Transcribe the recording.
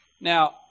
Now